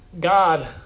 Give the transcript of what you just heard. God